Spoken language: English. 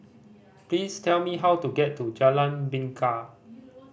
please tell me how to get to Jalan Bingka